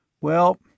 Well